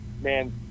man